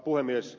puhemies